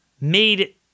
made